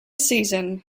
season